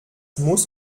muss